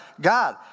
God